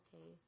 okay